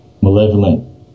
malevolent